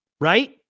right